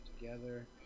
together